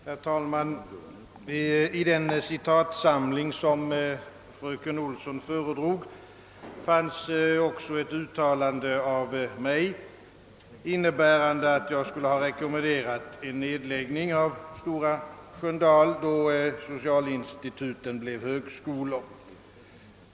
Herr talman! I den citatsamling som fröken Olsson föredrog fanns också ett uttalande av mig, innebärande att jag skulle ha rekommenderat en nedläggning av Stora Sköndal då socialinstituten blev högskolor.